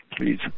please